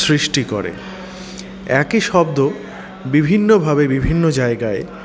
সৃষ্টি করে একই শব্দ বিভিন্ন ভাবে বিভিন্ন জায়গায়